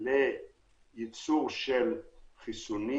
לייצור של חיסונים.